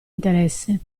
interesse